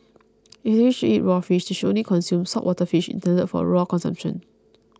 if they wish to eat raw fish they should only consume saltwater fish intended for raw consumption